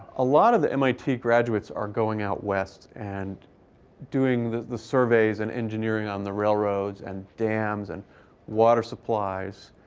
a lot of the mit graduates are going out west, and doing the the surveys and engineering on the railroads and dams and water supplies.